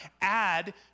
add